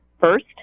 first